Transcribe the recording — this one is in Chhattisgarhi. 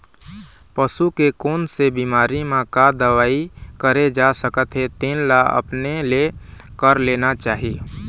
पसू के कोन से बिमारी म का दवई करे जा सकत हे तेन ल अपने ले कर लेना चाही